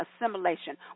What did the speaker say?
assimilation